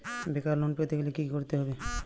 বেকার লোন পেতে গেলে কি করতে হবে?